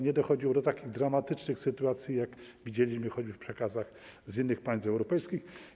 Nie dochodziło do takich dramatycznych sytuacji, jakie widzieliśmy choćby w przekazach z innych państw europejskich.